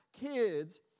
kids